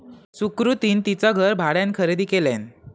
सुकृतीन तिचा घर भाड्यान खरेदी केल्यान